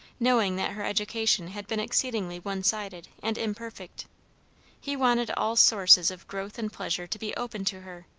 knowing that her education had been exceedingly one-sided and imperfect he wanted all sources of growth and pleasure to be open to her,